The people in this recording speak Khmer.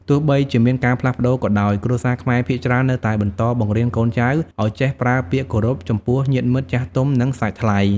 ទោះបីជាមានការផ្លាស់ប្ដូរក៏ដោយ គ្រួសារខ្មែរភាគច្រើននៅតែបន្តបង្រៀនកូនចៅឱ្យចេះប្រើពាក្យគោរពចំពោះញាតិមិត្តចាស់ទុំ និងសាច់ថ្លៃ។